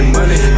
Money